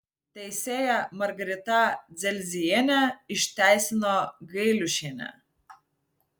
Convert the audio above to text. teisėja margarita dzelzienė išteisino gailiušienę